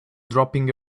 dropping